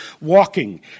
walking